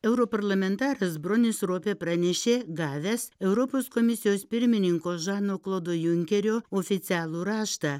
europarlamentaras bronis ropė pranešė gavęs europos komisijos pirmininko žano klodo junkerio oficialų raštą